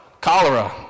cholera